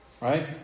Right